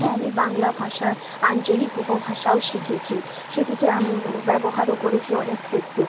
হ্যাঁ আমি বাংলা ভাষা আঞ্চলিক উপভাষাও শিখেছি সেটিকে আমি ব্যবহারও করেছি অনেক ক্ষেত্রে